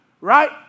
Right